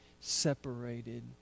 separated